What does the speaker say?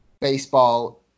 baseball